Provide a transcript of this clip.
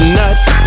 nuts